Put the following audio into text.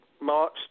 March